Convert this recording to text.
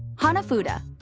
hanafuda.